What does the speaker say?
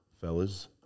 fellas